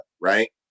right